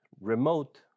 remote